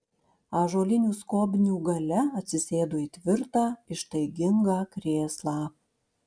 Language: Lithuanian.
ąžuolinių skobnių gale atsisėdo į tvirtą ištaigingą krėslą